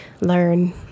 learn